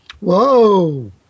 Whoa